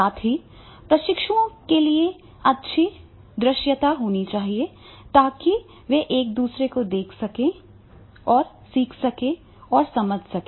साथ ही प्रशिक्षुओं के लिए अच्छी दृश्यता होनी चाहिए ताकि वे एक दूसरे को देख सकें ताकि वे एक दूसरे से सीख सकें और समझ सकें